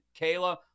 Kayla